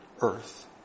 earth